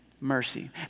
Mercy